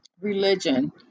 religion